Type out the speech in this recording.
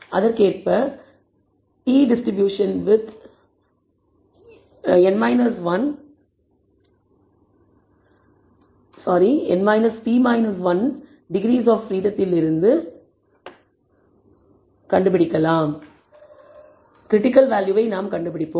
அதற்கேற்ப fit distribution n with n p 1 degrees of freedom இல் இருந்து கிரிட்டிக்கல் வேல்யூவை கண்டுபிடிப்பேன்